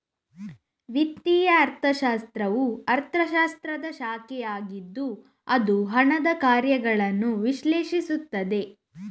ವಿತ್ತೀಯ ಅರ್ಥಶಾಸ್ತ್ರವು ಅರ್ಥಶಾಸ್ತ್ರದ ಶಾಖೆಯಾಗಿದ್ದು ಅದು ಹಣದ ಕಾರ್ಯಗಳನ್ನು ವಿಶ್ಲೇಷಿಸುತ್ತದೆ